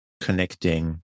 connecting